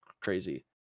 crazy